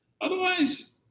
Otherwise